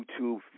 YouTube